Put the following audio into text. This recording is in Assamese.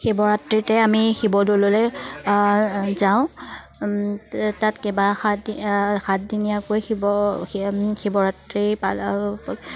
শিৱৰাত্ৰিতে আমি শিৱদ'ললৈ যাওঁ তাত কেইবা সাত সাতদিনীয়াকৈ শিৱ শিৱৰাত্ৰি পাল